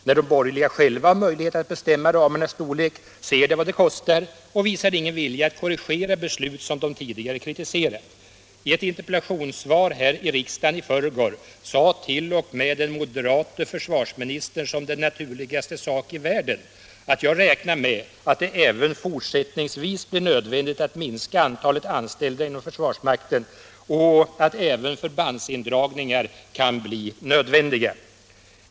När de borgerliga själva har möjlighet att bestämma ramarnas storlek ser de vad det kostar och visar ingen vilja att korrigera beslut som de tidigare kritiserat. I ett interpellationsvar här i riksdagen i förrgår sade t.o.m. den moderate försvarsministern som den naturligaste sak i världen att ”jag räknar ——- med att det även fortsättningsvis blir nödvändigt att minska antalet anställda inom försvarsmakten och att även förbandsindragningar kan bli nödvändiga”.